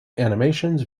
animations